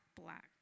black